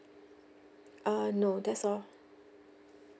err no that's all